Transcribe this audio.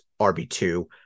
RB2